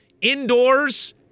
indoors